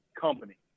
company